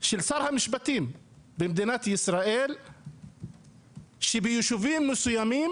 של שר המשפטים במדינת ישראל שביישובים מסוימים